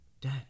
Dad